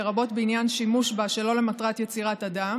לרבות בעניין שימוש בה שלא למטרת יצירת אדם